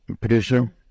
producer